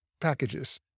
packages